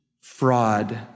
fraud